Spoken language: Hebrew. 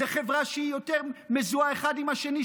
זה חברה שהיא יותר מזוהה האחד עם השני,